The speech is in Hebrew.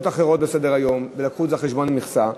אחרות על סדר-היום ולקחו את זה על חשבון המכסה,